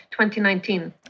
2019